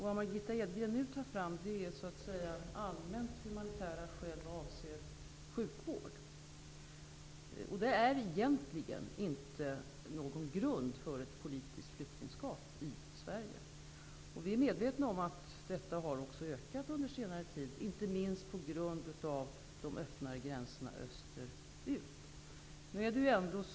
Vad Margitta Edgren nu tar fram är så att säga allmänt humanitära skäl vad avser sjukvård, och det är egentligen inte någon grund för ett politiskt flyktingskap i Sverige. Vi är medvetna om att också detta har ökat under senare tid, inte minst på grund av att gränserna österut har blivit öppnare.